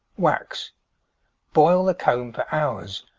wax boil the comb for hours,